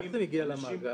איך זה מגיע למאגר?